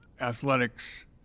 athletics